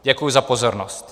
Děkuji za pozornost.